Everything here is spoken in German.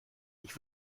ich